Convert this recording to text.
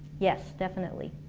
yes, definitely.